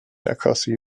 achosi